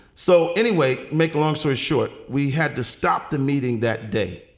so anyway, make a long story short, we had to stop the meeting that day.